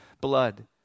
blood